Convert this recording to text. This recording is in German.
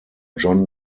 john